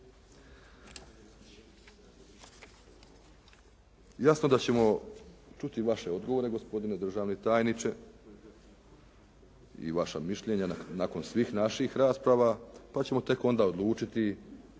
Jasno da ćemo čuti vaše odgovore gospodine državni tajniče i vaša mišljenja nakon svih naših rasprava pa ćemo tek onda odlučiti